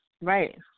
Right